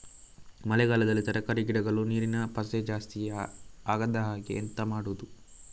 ಮಳೆಗಾಲದಲ್ಲಿ ತರಕಾರಿ ಗಿಡಗಳು ನೀರಿನ ಪಸೆ ಜಾಸ್ತಿ ಆಗದಹಾಗೆ ಎಂತ ಮಾಡುದು?